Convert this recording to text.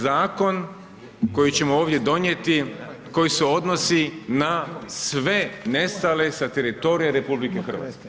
Zakon koji ćemo ovdje donijeti, koji se odnosi na sve nestale sa teritorija RH.